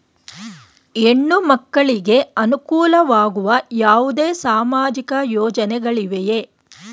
ಹೆಣ್ಣು ಮಕ್ಕಳಿಗೆ ಅನುಕೂಲವಾಗುವ ಯಾವುದೇ ಸಾಮಾಜಿಕ ಯೋಜನೆಗಳಿವೆಯೇ?